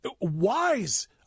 wise